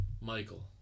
Michael